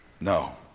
No